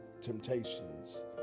temptations